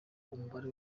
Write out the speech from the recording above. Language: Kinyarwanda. umubare